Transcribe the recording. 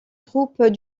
troupes